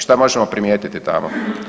Što možemo primijetiti tamo?